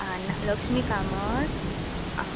लक्ष्मी कामत आं